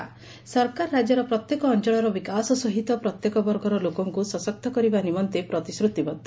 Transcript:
ବିଧାନସଭା ସରକାର ରାଜ୍ୟର ପ୍ରତ୍ୟେକ ଅଞ୍ଞଳର ବିକାଶ ସହିତ ପ୍ରତ୍ୟେକ ବର୍ଗର ଲୋକଙ୍କୁ ସଶକ୍ତ କରିବା ନିମନ୍ତେ ପ୍ରତିଶ୍ରତିବଦ୍ଧ